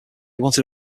wanted